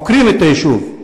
עוקרים את היישוב,